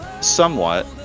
somewhat